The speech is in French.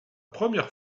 première